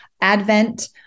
Advent